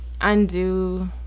undo